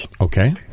Okay